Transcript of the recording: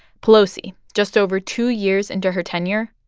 pelosi, just over two years into her tenure,